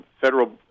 federal